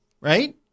right